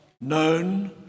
known